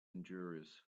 injurious